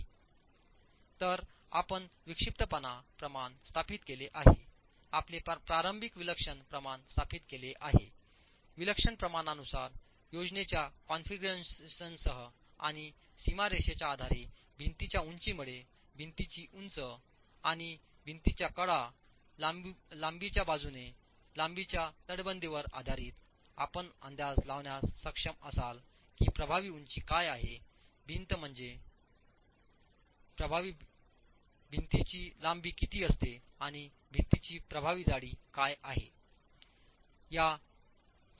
E तर आपण विक्षिप्तपणा प्रमाण स्थापित केले आहे आपले प्रारंभिक विलक्षण प्रमाण स्थापित केले आहेविलक्षण प्रमाणानुसार योजनेच्या कॉन्फिगरेशनसह आणि सीमारेषाच्या आधारे भिंतीच्या उंचीमुळे भिंतीची उंची आणि भिंतीच्या कडा लांबीच्या बाजूने लांबीच्या तटबंदीवर आधारित आपण अंदाज लावण्यास सक्षम असाल की प्रभावी उंची काय आहे भिंत म्हणजे भिंतीची प्रभावी लांबी किती असते आणि भिंतीची प्रभावीजाडी काय आहे